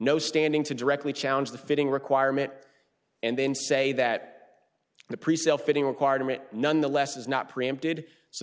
no standing to directly challenge the fitting requirement and then say that the presale fitting requirement nonetheless is not preempted so the